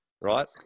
right